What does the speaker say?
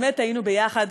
באמת היינו ביחד,